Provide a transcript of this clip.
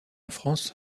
france